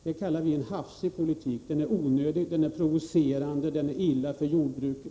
Det kallar vi en hafsig politik. Den är onödig, den är provocerande och den är dålig för jordbruket.